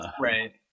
right